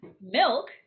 Milk